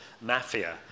mafia